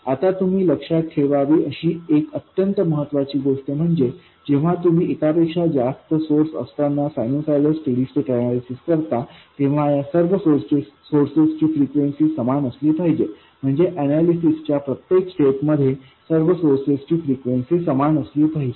आता तुम्ही लक्षात ठेवावी अशी एक अत्यंत महत्त्वाची गोष्ट म्हणजे जेव्हा तुम्ही एकापेक्षा जास्त सोर्स असताना सायनुसायडल स्टेडी स्टैट अनैलिसिस करता तेव्हा या सर्व सोर्सेस ची फ्रीक्वेंसी समान असली पाहिजे म्हणजे अनैलिसिसच्या प्रत्येक स्टेप मध्ये सर्व सोर्सेस ची फ्रीक्वेंसी समान असली पाहिजे